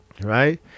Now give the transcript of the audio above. right